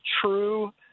true